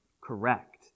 correct